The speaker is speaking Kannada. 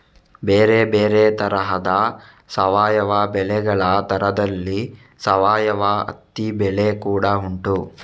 ಬೇರೆ ಬೇರೆ ತರದ ಸಾವಯವ ಬೆಳೆಗಳ ತರದಲ್ಲಿ ಸಾವಯವ ಹತ್ತಿ ಬೆಳೆ ಕೂಡಾ ಉಂಟು